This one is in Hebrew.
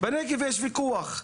בנגב יש ויכוח,